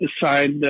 decide